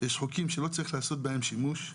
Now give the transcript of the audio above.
יש חוקים שלא צריך לעשות בהם שימוש.